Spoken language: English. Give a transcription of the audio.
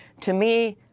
to me,